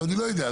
אני לא יודע.